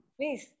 Please